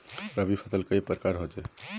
रवि फसल कई प्रकार होचे?